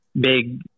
big